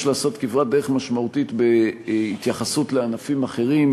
יש לעשות כברת דרך משמעותית בהתייחסות לענפים אחרים.